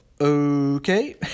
Okay